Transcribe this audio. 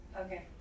Okay